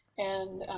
and